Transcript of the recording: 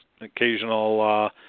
Occasional